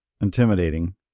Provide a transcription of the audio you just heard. intimidating